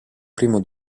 primo